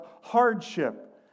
hardship